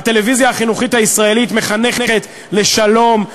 הטלוויזיה החינוכית הישראלית מחנכת לשלום,